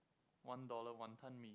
one dollar Wanton-Mee